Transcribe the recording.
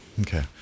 Okay